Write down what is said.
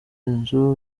inzu